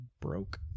broke